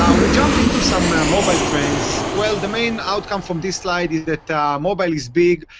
yeah we jumped into some mobile trains. well, the main outcome from this slide is that mobile is big.